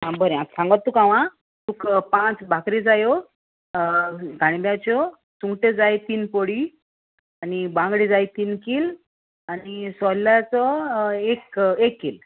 आं बरें आ सांगात तुका हांव आं तुका पांच भाकरी जायो गाणब्याच्यो सुंगट्यो जाय तीन पोडी आनी बांगडे जाय तीन किल आनी सोलाचो एक एक किल